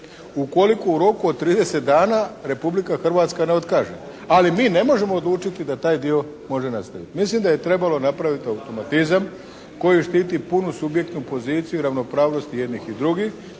ukoliko u roku od 30 dana Republika Hrvatska ne otkaže, ali mi ne možemo odlučiti da taj dio može nastaviti. Mislim da je trebalo napraviti automatizam koji štiti punu subjektnu poziciju ravnopravnosti jednih i drugih